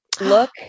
look